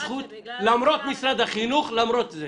למרות משרד החינוך.